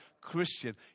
Christian